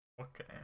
Okay